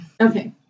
Okay